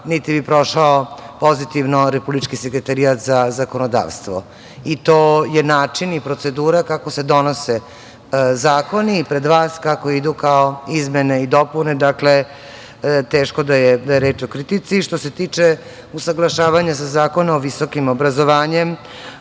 niti bi prošao pozitivno Republički sekretarijat za zakonodavstvo. To je način i procedura kako se donose zakoni pred vas, kako idu kao izmene i dopune, dakle, teško da je reč o kritici. Što se tiče usaglašavanja sa Zakonom o visokim obrazovanjem,